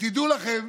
ותדעו לכם